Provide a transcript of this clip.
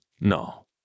No